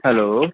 hello